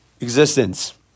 existence